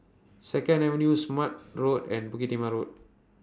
Second Avenue Smart Road and Bukit Timah Road